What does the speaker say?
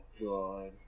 God